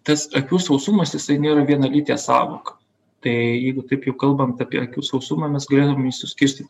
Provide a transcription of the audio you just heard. tas akių sausumas jisai nėra vienalytė sąvoka tai jeigu taip jau kalbant apie akių sausumą mes galėtum jį suskirstyt